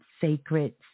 sacred